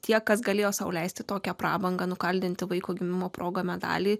tie kas galėjo sau leisti tokią prabangą nukaldinti vaiko gimimo proga medalį